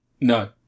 No